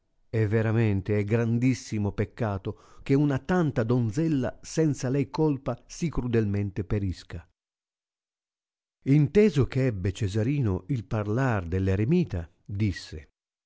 e veramente è grandissimo peccato che una tanta donzella senza lei colpa sì crudelmente pe risca inteso ch'ebbe cesarino il parlar dell'eremita disse